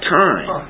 time